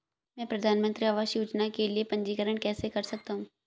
मैं प्रधानमंत्री आवास योजना के लिए पंजीकरण कैसे कर सकता हूं?